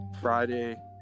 Friday